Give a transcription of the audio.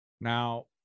now